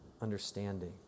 understanding